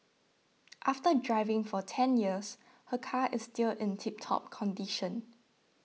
after driving for ten years her car is still in tiptop condition